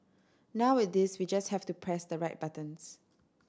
now with this we just have to press the right buttons